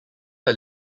are